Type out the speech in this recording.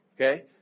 Okay